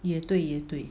也对也对